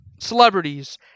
celebrities